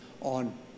on